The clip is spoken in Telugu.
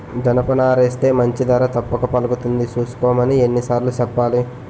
జనపనారేస్తే మంచి ధర తప్పక పలుకుతుంది సూసుకోమని ఎన్ని సార్లు సెప్పాలి?